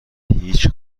هیچ